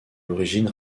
l’origine